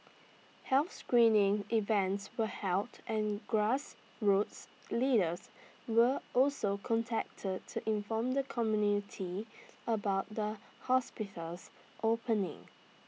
health screening events were held and grassroots leaders were also contacted to inform the community about the hospital's opening